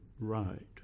right